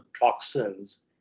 toxins